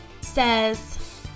says